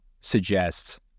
suggests